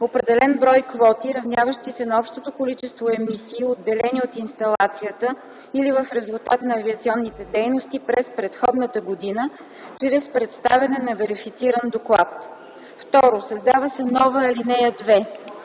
определен брой квоти, равняващи се на общото количество емисии, отделени от инсталацията или в резултат на авиационните дейности през предходната година, чрез представяне на верифициран доклад.” 2. Създава се нова ал. 2: